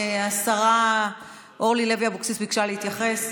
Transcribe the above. השרה אורלי לוי אבקסיס ביקשה להתייחס.